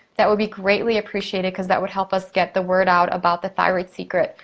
that would be greatly appreciated, cause that would help us get the word out about the thyroid secret.